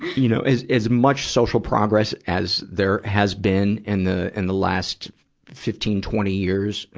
you know, as, as much social progress as there has been in the, in the last fifteen, twenty years,